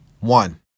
one